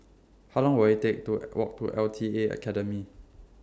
How Long Will IT Take to Walk to L T A Academy